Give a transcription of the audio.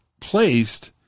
placed